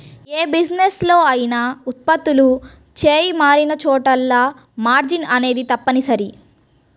యే బిజినెస్ లో అయినా ఉత్పత్తులు చెయ్యి మారినచోటల్లా మార్జిన్ అనేది తప్పనిసరి